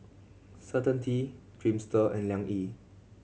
Certainty Dreamster and Liang Yi